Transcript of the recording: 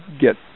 get